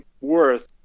worth